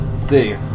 See